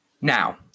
Now